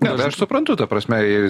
ne tai aš suprantu ta prasme is